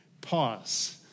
pause